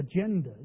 agendas